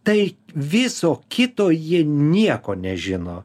tai viso kito jie nieko nežino